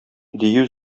дию